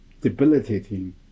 debilitating